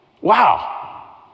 wow